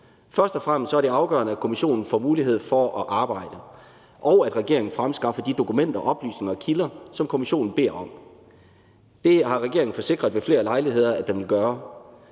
først og fremmest afgørende, at kommissionen får mulighed for at arbejde, og at regeringen fremskaffer de dokumenter, oplysninger og kilder, som kommissionen beder om. Det har regeringen forsikret ved flere lejligheder at den vil gøre.